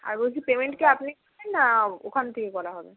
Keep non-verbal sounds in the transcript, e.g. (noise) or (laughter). আর বলছি পেমেন্ট কি আপনি (unintelligible) না ওখান থেকে করা হবে